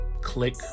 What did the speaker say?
click